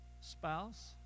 spouse